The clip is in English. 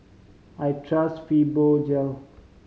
I trust Fibogel